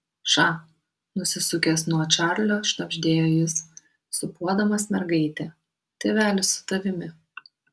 ša nusisukęs nuo čarlio šnabždėjo jis sūpuodamas mergaitę tėvelis su tavimi